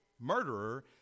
murderer